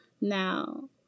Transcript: Now